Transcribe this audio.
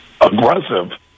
aggressive